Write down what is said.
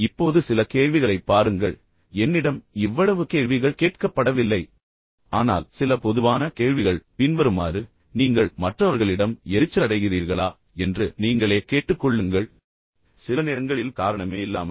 இப்போது சில கேள்விகளைப் பாருங்கள் என்னிடம் இவ்வளவு கேள்விகள் கேட்கப்படவில்லை ஆனால் சில பொதுவான கேள்விகள் பின்வருமாறு நீங்கள் மற்றவர்களிடம் எரிச்சலடைகிறீர்களா என்று நீங்களே கேட்டுக்கொள்ளுங்கள் சிலநேரங்களில் காரணமே இல்லாமல்